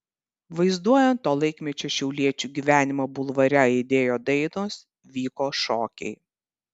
vaizduojant to laikmečio šiauliečių gyvenimą bulvare aidėjo dainos vyko šokiai